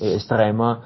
estrema